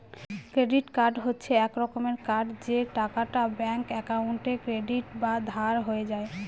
credit card হচ্ছে এক রকমের কার্ড যে টাকাটা ব্যাঙ্ক একাউন্টে ক্রেডিট বা ধার হয়ে যায়